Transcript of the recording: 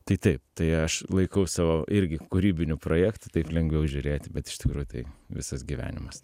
tai taip tai aš laikaus savo irgi kūrybinių projektų taip lengviau žiūrėti bet iš tikro tai visas gyvenimas